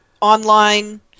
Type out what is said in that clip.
online